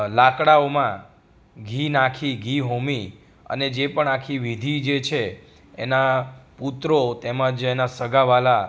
લાકડાઓમાં ઘી નાખી ઘી હોમી અને જે પણ આખી વિધિ જે છે એના પુત્રો તેમજ એના સગા વ્હાલા